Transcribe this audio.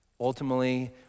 Ultimately